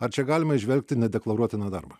ar čia galima įžvelgti nedeklaruotiną darbą